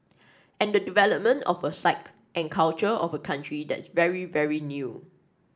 and the development of a psyche and culture of a country that's very very new